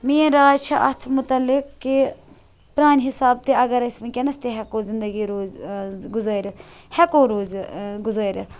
میٲنٛۍ راے چھِ اتھ مُتَعلِق کہِ پرانہِ حِساب تہِ اَگَر أسۍ وٕنکیٚنَس تہِ ہیٚکو زِندگی روزِتھ گُزٲرِتھ ہیٚکو روزِتھ گُزٲرِتھ